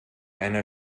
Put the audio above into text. einer